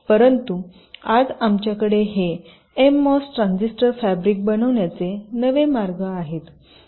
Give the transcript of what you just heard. परंतु आज आमच्याकडे हे एममोस ट्रान्झिस्टर फॅब्रिक बनवण्याचे नवे मार्ग आहेत